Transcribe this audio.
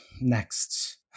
next